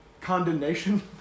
condemnation